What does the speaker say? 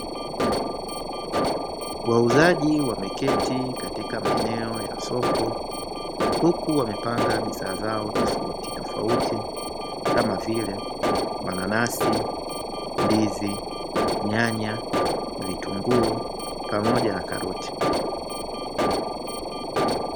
Wauzaji wameketi katika maeneo ya soko huku wamepanga biashara zao tofauti tofauti kama vile mananasi, ndizi, nyanya, vitunguu pamoja na karoti.